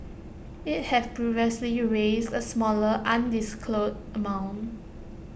IT have previously raised A smaller undisclosed amount